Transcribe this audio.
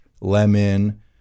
lemon